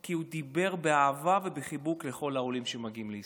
גם כי הוא דיבר באהבה ובחיבוק לכל העולים שמגיעים לישראל.